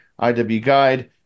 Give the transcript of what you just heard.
IWGuide